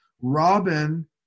Robin